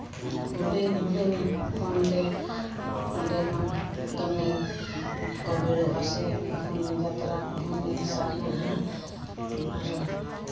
ᱦᱩᱰᱤᱧ ᱦᱩᱰᱤᱧ ᱠᱷᱚᱱᱜᱮ ᱚᱸᱰᱮ ᱢᱟ ᱫᱚᱢᱮ ᱠᱚ ᱵᱷᱤᱲᱚᱜ ᱟᱥᱮ ᱮᱱᱠᱷᱟᱱ ᱡᱟᱛᱨᱟ ᱠᱚᱦᱚᱸ ᱧᱮᱞ ᱥᱟᱱᱟᱣᱟ ᱟᱨ